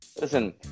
Listen